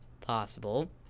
possible